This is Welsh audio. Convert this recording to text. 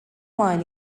mlaen